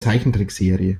zeichentrickserie